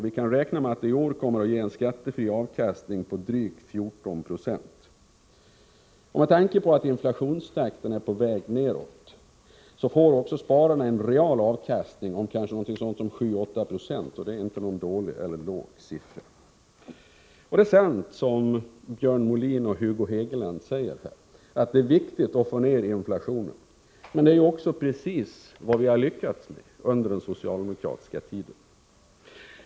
Vi kan räkna med att det i år ger en skattefri avkastning på drygt 14 90. Med tanke på att inflationstakten nu är på väg nedåt får spararna en real avkastning om ca 7-8 Ye, vilket sannerligen inte är dåligt. Det är sant — som Björn Molin och Hugo Hegeland säger — att det är viktigt att få ned inflationen. Men det är precis vad vi har lyckats med under den socialdemokratiska tiden.